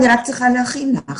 אני רק צריכה להכין לך.